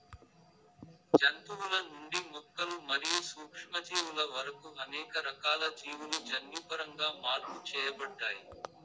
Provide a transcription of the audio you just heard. జంతువుల నుండి మొక్కలు మరియు సూక్ష్మజీవుల వరకు అనేక రకాల జీవులు జన్యుపరంగా మార్పు చేయబడ్డాయి